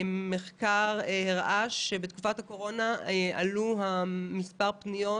מחקר שהראה שבתקופת הקורונה עלה מספר הפניות